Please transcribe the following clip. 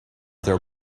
their